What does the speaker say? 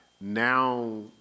now